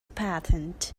patent